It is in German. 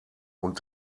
und